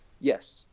Yes